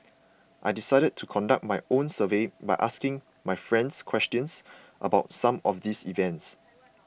I decided to conduct my own survey by asking my friends questions about some of these events